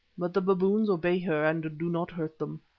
but the baboons obey her, and do not hurt them.